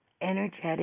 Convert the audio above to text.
energetic